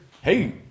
Hey